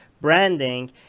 branding